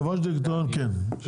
יושב ראש דירקטוריון כן.